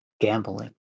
gambling